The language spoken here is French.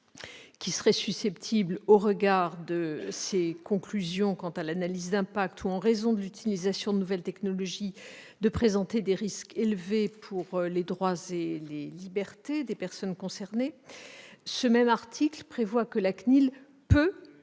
traitement susceptible, au regard de ses conclusions quant à l'analyse d'impact ou en raison de l'utilisation de nouvelles technologies, de présenter des risques élevés pour les droits et libertés des personnes concernées. Cet article prévoit que la CNIL peut